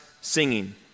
singing